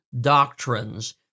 doctrines